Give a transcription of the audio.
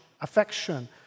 affection